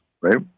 right